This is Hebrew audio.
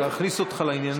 להכניס אותך לעניינים.